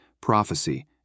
prophecy